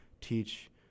teach